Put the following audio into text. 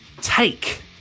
take